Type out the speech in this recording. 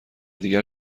دیگر